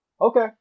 okay